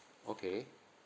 okay